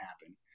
happen